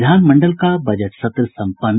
विधान मंडल का बजट सत्र संपन्न